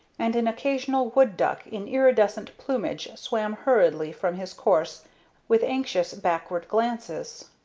and an occasional wood-duck in iridescent plumage swam hurriedly from his course with anxious backward glances.